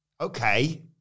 Okay